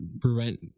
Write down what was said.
prevent